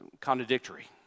contradictory